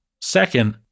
Second